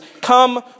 come